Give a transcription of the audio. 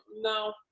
No